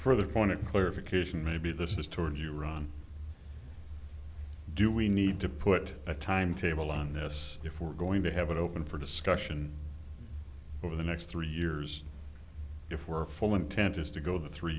for the point of clarification maybe this is toward you ron do we need to put a timetable on this if we're going to have it open for discussion over the next three years if we're full intent just to go the three